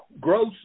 gross